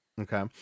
Okay